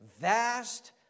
Vast